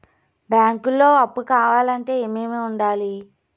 బ్యాంకులో అప్పు కావాలంటే ఏమేమి ఉండాలి?